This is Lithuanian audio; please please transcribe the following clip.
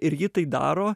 ir ji tai daro